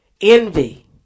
envy